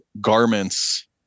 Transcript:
garments